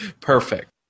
Perfect